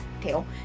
tail